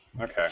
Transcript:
Okay